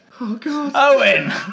Owen